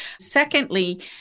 Secondly